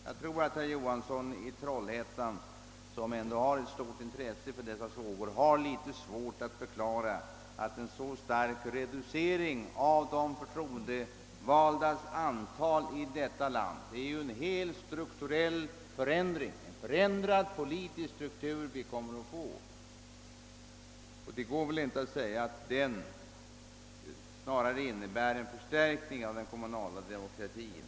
Jag tror att herr Johansson i Trollhättan, som ändå har ett stort intresse för dessa frågor, har litet svårt att förklara att en så stark reducering av de förtroendevaldas antal i detta land — det är ju en fullständig strukturell förändring, en förändrad politisk struktur som vi kommer att få — innebär en förstärkning av den kommunala demokratin.